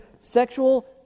sexual